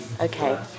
Okay